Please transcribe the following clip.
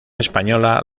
española